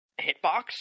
hitbox